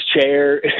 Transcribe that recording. chair